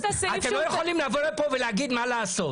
אתם לא יכולים לבוא לפה ולהגיד מה לעשות.